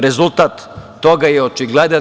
Rezultat toga je očigledan.